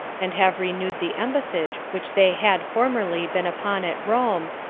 and have renewed the embassage which they had formerly been upon at rome,